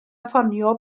ffonio